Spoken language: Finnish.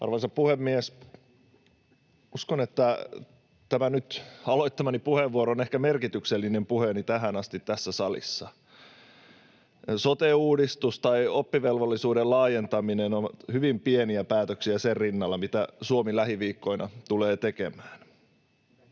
Arvoisa puhemies! Uskon, että tämä nyt aloittamani puheenvuoro on ehkä merkityksellisin puheeni tähän asti tässä salissa. Sote-uudistus tai oppivelvollisuuden laajentaminen ovat hyvin pieniä päätöksiä sen rinnalla, mitä Suomi lähiviikkoina tulee tekemään,